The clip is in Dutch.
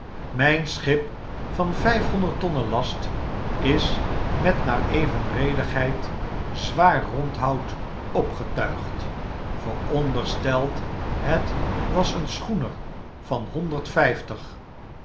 myn schip van vijfhonderd tonnen last is met naar evenredigheid zwaar rondhoutopgetuigd voorondersteld het was een schoener van honderd vyftig